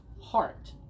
heart